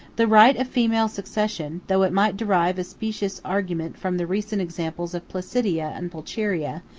the right of female succession, though it might derive a specious argument from the recent examples of placidia and pulcheria,